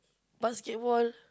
basketball